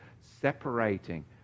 separating